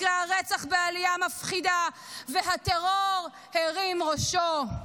מקרי הרצח בעלייה מפחידה וטרור הרים ראשו,